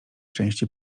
części